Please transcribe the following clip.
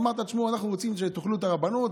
אמרת: תשמעו, אנחנו רוצים שתאכלו את הרבנות.